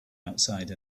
outside